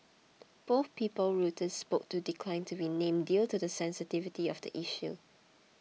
both people Reuters spoke to declined to be named due to the sensitivity of the issue